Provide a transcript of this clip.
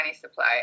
supply